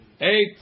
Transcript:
eight